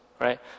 right